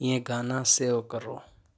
یہ گانا سیو کرو